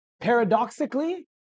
paradoxically